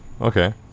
Okay